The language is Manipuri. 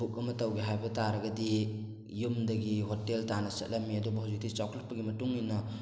ꯕꯨꯛ ꯑꯃ ꯇꯧꯒꯦ ꯍꯥꯏꯕ ꯇꯥꯔꯒꯗꯤ ꯌꯨꯝꯗꯒꯤ ꯍꯣꯇꯦꯜ ꯇꯥꯟꯅ ꯆꯠꯂꯝꯃꯤ ꯑꯗꯨꯕꯨ ꯍꯧꯖꯤꯛꯇꯤ ꯆꯥꯎꯈꯠꯂꯛꯄꯒꯤ ꯃꯇꯨꯡ ꯏꯟꯅ